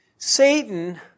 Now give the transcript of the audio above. Satan